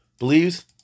Believes